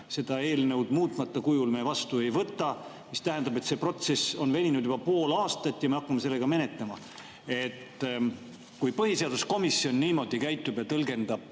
seda [seadust] muutmata kujul me vastu ei võta, mis tähendab, et see protsess on veninud juba pool aastat ja me [alles] hakkame menetlema. Kui põhiseaduskomisjon niimoodi käitub ja tõlgendab